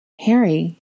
Harry